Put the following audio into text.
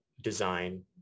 design